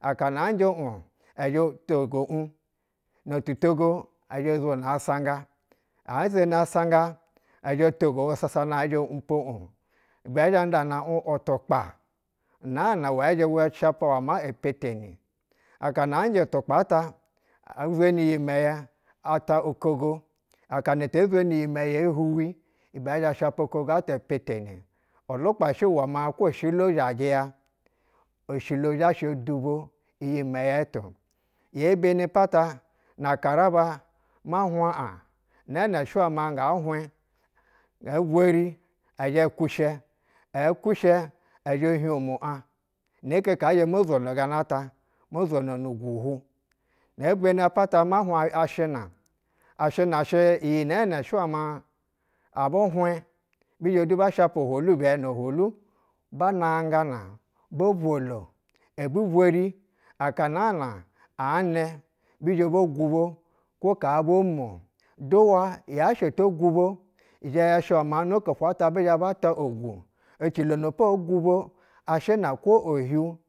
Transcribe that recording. akana anjɛ uh ezhɛ-otogu uh, notu togo ɛzhɛ ozwono asanga eezweni asanga ɛzhɛ togu uh sasana zhɛ ounipo uh, anda uh utukpa naana ɛzhɛ ashapa uwɛ ma epeteni akana ayɛ utukpa ata ezweni iyɛnɛyɛ ata ukogo akana te zweni iyi mɛyɛ ehuwi ibɛ ɛzhɛ a shapa ukogo-ata epetoni ulukpash uwɛ waa kwo oshilo zhajɛ ya oshilo zhashɛ odubo iyi mɛyɛ tɛ-o. Ye beni apata na karaba ma hwah ah nɛɛnɛ shɛ wɛ ma nga hirɛh, nge vweri ɛzhɛ kushɛ ɛkushɛ ɛzhɛ hiomwo ah inoke kaan zhɛ mo zwone ga na ta, mozwano nu guhu. Nge beni apata ma hwab ashina, ashina shɛ inɛ nɛ shɛ wɛ ma abu hwɛb bizha shapa hwohi bɛ no hwolu ba nangana bo bwolo, ebi bweri aka naana anɛ bi zhɛ bo gubo kwo kaa bo mwo, du wa yashɛ oto gubo izhɛ yasha ma noko ofwo ata bizhɛ bata ogwu ocilo ha po ogubo ashina kwo ohiu.